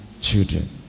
children